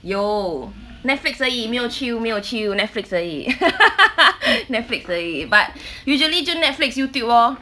有 Netflix 而已没有 chill 没有 chill Netflix 而已 Netflix 而已 but usually 就 Netflix YouTube lor